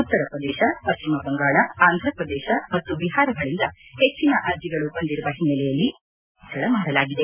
ಉತ್ತರ ಪ್ರದೇಶ ಪಶ್ಚಿಮ ಬಂಗಾಳ ಆಂಧ್ರಪ್ರದೇಶ ಮತ್ತು ಬಿಹಾರಗಳಿಂದ ಹೆಚ್ಚಿನ ಅರ್ಜಿಗಳು ಬಂದಿರುವ ಹಿನ್ನೆಲೆಯಲ್ಲಿ ಹಜ್ ಕೋಟಾದಲ್ಲಿ ಹೆಚ್ಚಳ ಮಾಡಲಾಗಿದೆ